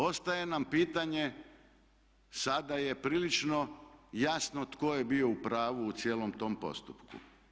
Ostaje nam pitanje, sada je prilično jasno tko je bio u pravu u cijelom tom postupku.